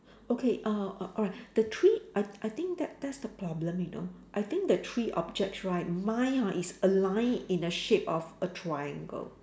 okay uh al~ alright the three I I think that that's the problem you know I think the three objects right mine hor is aligned in the shape of a triangle